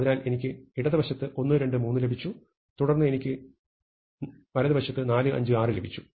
അതിനാൽ എനിക്ക് ഇടത് വശത്ത് 1 2 3 ലഭിച്ചു തുടർന്ന് ഇവിടെ എനിക്ക് 4 5 6 ലഭിച്ചു